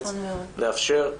לאפשר,